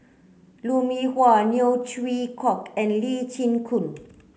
Lou Mee Wah Neo Chwee Kok and Lee Chin Koon